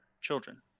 children